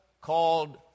called